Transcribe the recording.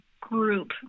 group